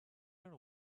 her